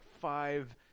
five